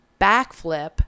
backflip